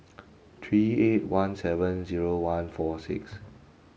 three eight one seven zero one four six